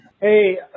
Hey